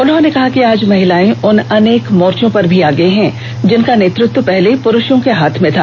उन्होंने कहा कि आज महिलाएं उन अनेक मोर्चों पर भी आगे हैं जिनका नेतृत्व पहले पुरूषों के हाथ में था